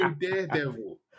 daredevil